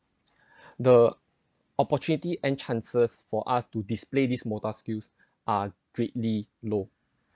the opportunity and chances for us to display this motor skills are greatly low